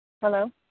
Hello